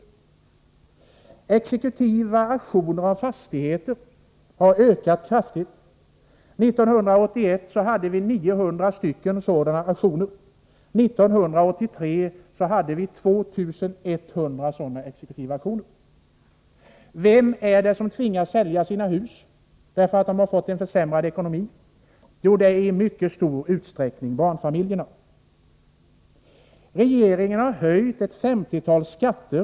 Antalet exekutiva auktioner av fastigheter har ökat kraftigt. 1981 hade vi 900 exekutiva auktioner och 1983 hade vi 2 100 sådana auktioner. Vilka är det som tvingas sälja sina hus därför att de fått försämrad ekonomi? Jo, det är i mycket stor utsträckning barnfamiljerna. Regeringen har höjt ett femtiotal skatter.